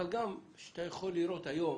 כשאתה רואה היום